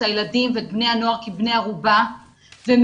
הילדים ואת בני הנוער כבני ערובה ומאיים,